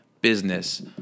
business